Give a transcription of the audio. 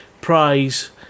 prize